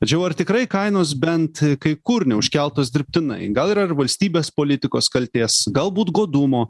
tačiau ar tikrai kainos bent kai kur neužkeltos dirbtinai gal yra ir valstybės politikos kaltės galbūt godumo